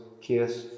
KISS